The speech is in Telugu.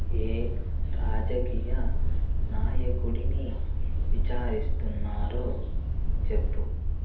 ఏ రాజకీయ నాయకుడిని విచారిస్తున్నారో చెప్పుము